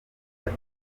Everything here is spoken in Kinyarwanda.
gato